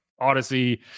Odyssey